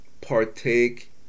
partake